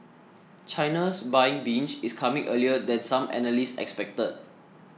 China's buying binge is coming earlier than some analysts expected